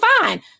fine